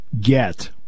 get